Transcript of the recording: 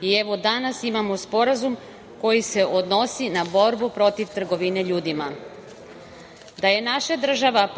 i evo, danas imamo Sporazum koji se odnosi na borbu protiv trgovine ljudima. Da je naša država